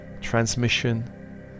transmission